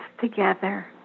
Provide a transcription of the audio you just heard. together